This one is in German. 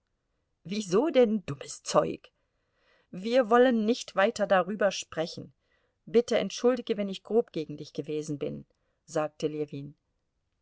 wieso denn dummes zeug wir wollen nicht weiter darüber sprechen bitte entschuldige wenn ich grob gegen dich gewesen bin sagte ljewin